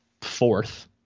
fourth